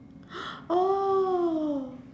oh